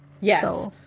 Yes